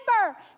Remember